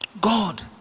God